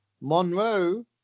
Monroe